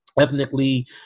ethnically